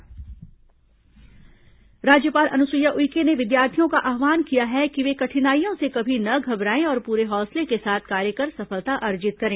राज्यपाल दीक्षांत समारोह राज्यपाल अनुसुईया उइके ने विद्यार्थियों का आव्हान किया है कि वे कठिनाइयों से कभी न घबराएं और पुरे हौसले के साथ कार्य कर सफलता अर्जित करें